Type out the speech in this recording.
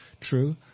True